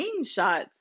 screenshots